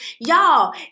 Y'all